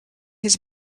his